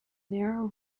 narrow